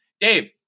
Dave